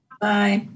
Bye